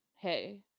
hey